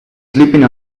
sleeping